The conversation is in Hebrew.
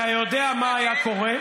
אתה יודע מה היה קורה?